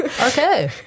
Okay